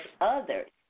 others